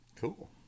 Cool